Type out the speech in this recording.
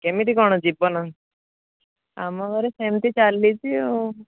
କେମିତି କ'ଣ ଜୀବନ ଆମ ଘରେ ସେମିତି ଚାଲିଛି ଆଉ